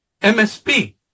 MSP